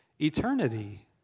eternity